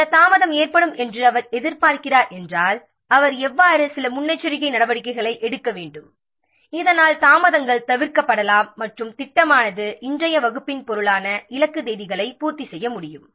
சில தாமதம் ஏற்படும் என்று அவர் எதிர்பார்க்கிறார் என்றால் அவர் எவ்வாறு சில முன்னெச்சரிக்கை நடவடிக்கைகளை எடுக்க வேண்டும் இதனால் தாமதங்கள் தவிர்க்கப்படலாம் மற்றும் திட்டமானது இன்றைய வகுப்பின் பொருளான இலக்கு தேதிகளை பூர்த்தி செய்ய முடியும்